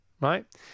right